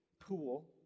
pool